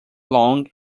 long